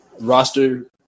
roster